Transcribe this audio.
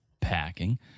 packing